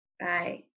Bye